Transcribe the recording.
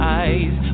eyes